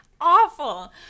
Awful